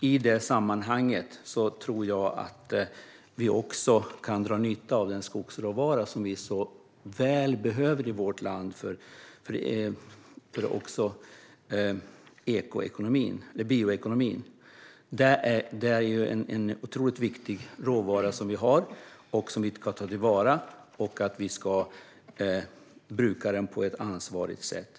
I det sammanhanget tror jag att vi också kan dra nytta av den skogsråvara som vi så väl behöver i vårt land för bioekonomin. Det är en otroligt viktig råvara som vi har och som vi ska ta till vara och bruka på ett ansvarsfullt sätt.